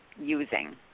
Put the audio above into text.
using